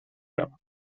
روم